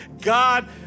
God